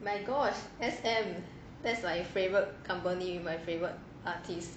my gosh S_M that's uh favourite company with my favourite artist